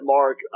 Mark